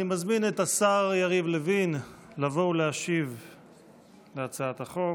אני מזמין את השר יריב לוין לבוא ולהשיב על הצעת החוק.